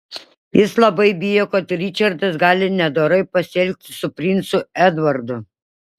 jis labai bijo kad ričardas gali nedorai pasielgti su princu edvardu